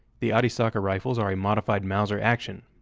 the arisaka rifles are a modified mauser action.